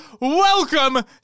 welcome